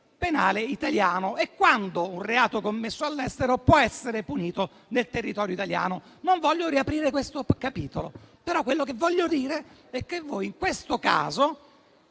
penale italiano e quando un reato commesso all'estero può essere punito nel territorio italiano. Non voglio riaprire questo capitolo, però quello che voglio dire è che voi in questo caso